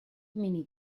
mini